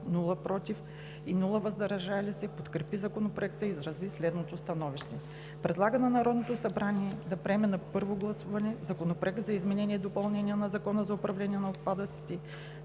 „против“ и „въздържал се“ подкрепи Законопроекта и изрази следното становище: предлага на Народното събрание да приеме на първо гласуване Законопроект за изменение и допълнение на Закона за управление на отпадъците,